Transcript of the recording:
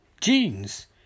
Jeans